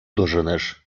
доженеш